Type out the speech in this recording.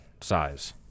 size